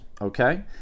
Okay